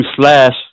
slash